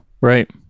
Right